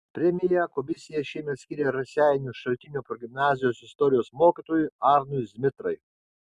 premiją komisija šiemet skyrė raseinių šaltinio progimnazijos istorijos mokytojui arnui zmitrai